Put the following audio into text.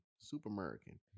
Super-American